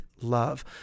love